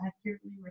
accurately